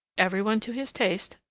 every one to his taste!